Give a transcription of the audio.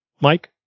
Mike